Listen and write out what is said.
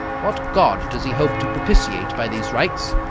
what god does he hope to propitiate by these rites?